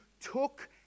took